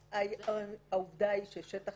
העובדה היא ששטח